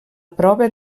prova